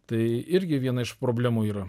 tai irgi viena iš problemų yra